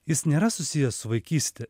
jis nėra susijęs su vaikyste